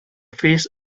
these